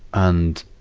and,